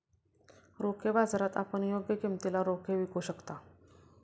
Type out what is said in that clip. रोखे बाजारात आपण योग्य किमतीला रोखे विकू शकता